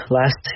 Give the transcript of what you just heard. last